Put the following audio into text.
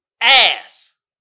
Ass